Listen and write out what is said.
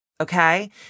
okay